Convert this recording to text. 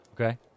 Okay